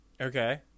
Okay